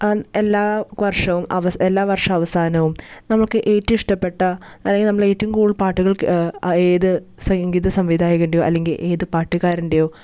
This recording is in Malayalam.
എല് എല്ലാ വർഷവും അവസാ എല്ലാ വർഷ അവസാനവും നമുക്ക് ഏറ്റവും ഇഷ്ടപ്പെട്ട അല്ലെങ്കിൽ നമ്മൾ ഏറ്റവും കൂടുതൽ പാട്ടുകൾ ഏത് സംഗീത സംവിധായകൻ്റെയോ അല്ലെങ്കിൽ ഏത് പാട്ടുകാരൻ്റെയോ